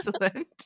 excellent